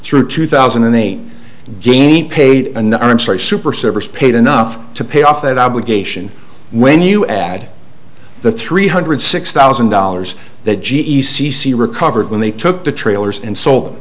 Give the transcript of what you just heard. through two thousand and eight gain paid and i'm sorry super service paid enough to pay off that obligation when you add the three hundred six thousand dollars that g e c c recovered when they took the trailers and sold them